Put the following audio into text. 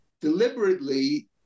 deliberately